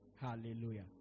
Hallelujah